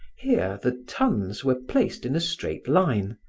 here, the tuns were placed in a straight line,